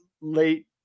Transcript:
late